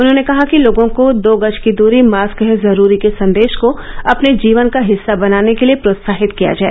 उन्होंने कहा कि लोगों को दो गज की दूरी मास्क है जरूरी के संदेश को अपने जीवन का हिस्सा बनाने के लिए प्रोत्साहित किया जाए